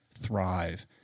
thrive